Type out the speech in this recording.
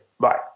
Bye